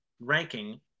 ranking